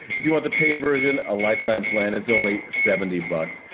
if you want the paid version, a lifetime plan is only seventy bucks.